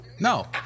No